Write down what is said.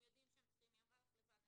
נציגת ויצ"ו אמרה לך